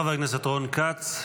חבר הכנסת רון כץ.